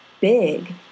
big